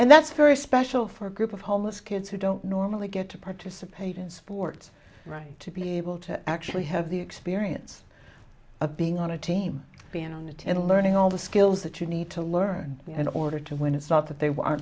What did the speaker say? and that's very special for a group of homeless kids who don't normally get to participate in sports right to be able to actually have the experience of being on a team being on it in learning all the skills that you need to learn in order to win it's not that they